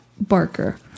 Barker